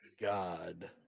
god